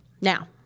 Now